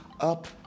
up